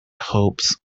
hopes